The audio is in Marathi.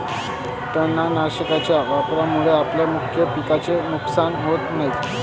तणनाशकाच्या वापरामुळे आपल्या मुख्य पिकाचे नुकसान होत नाही